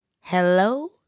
Hello